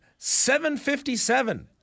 757